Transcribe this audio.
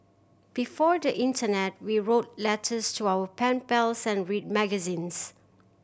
before the internet we wrote letters to our pen pals and read magazines